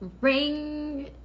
Ring